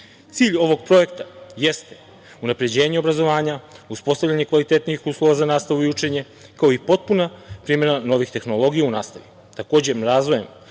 Cilj ovog projekta jeste unapređenje obrazovanja, uspostavljanje kvalitetnijih uslova za nastavu i učenje, kao i potpuna primena novih tehnologija u nastavi. Takođe, razvojem